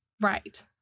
Right